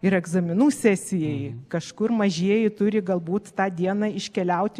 ir egzaminų sesijai kažkur mažieji turi galbūt tą dieną iškeliauti